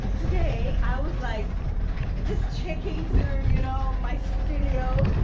today i was like just checking through you know my studio